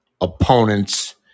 opponents